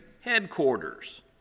headquarters